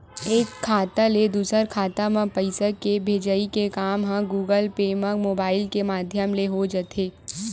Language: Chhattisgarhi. एक खाता ले दूसर खाता म पइसा के भेजई के काम ह गुगल पे म मुबाइल के माधियम ले हो जाथे